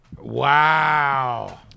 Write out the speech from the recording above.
Wow